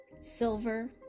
silver